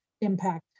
impact